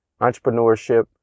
entrepreneurship